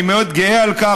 אני מאוד גאה על כך.